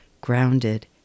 grounded